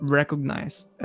recognized